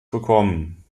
bekommen